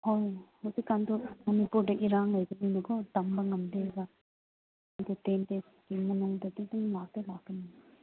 ꯍꯣꯏ ꯍꯧꯖꯤꯛ ꯀꯥꯟꯗꯨ ꯃꯅꯤꯄꯨꯔꯗ ꯏꯔꯥꯡ ꯂꯩꯕꯅꯤꯅꯀꯣ ꯇꯝꯕ ꯉꯝꯗꯦꯕ ꯑꯗꯨ ꯇꯦꯟ ꯗꯦꯁꯀꯤ ꯃꯅꯨꯡꯗꯗꯤ ꯑꯗꯨꯝ ꯂꯥꯛꯇꯤ ꯂꯥꯛꯀꯅꯤ